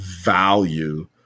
value